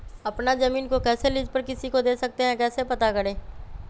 अपना जमीन को कैसे लीज पर किसी को दे सकते है कैसे पता करें?